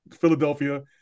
Philadelphia